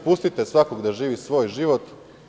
Pustite svakog da živi svoj život.